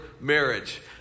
marriage